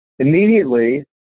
Immediately